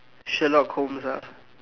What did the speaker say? Sherlock-Holmes ah